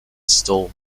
stowe